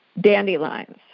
dandelions